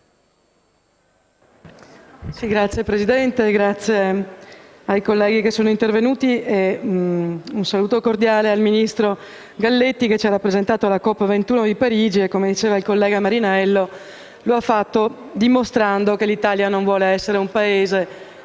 Signor Presidente, onorevoli colleghi, rivolgo un saluto cordiale al ministro Galletti, che ci ha rappresentato alla COP21 di Parigi e, come diceva il collega Marinello, lo ha fatto dimostrando che l'Italia non vuole essere un Paese